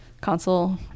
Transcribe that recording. console